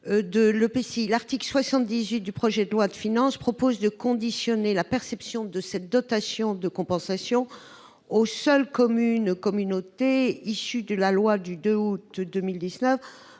L'article 78 du PLF pour 2020 propose de conditionner la perception de cette dotation de compensation aux seules communes-communautés, issues du 2 août 2019,